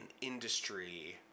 industry